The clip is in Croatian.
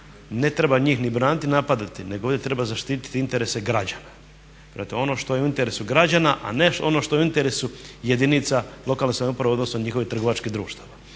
ne treba njih ni braniti ni napadati, nego ovdje treba zaštiti interese građana. Branite ono što je u interesu građana, a ne ono što je u interesu jedinica lokalne samouprave odnosno njihovih trgovačkih društava.